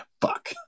fuck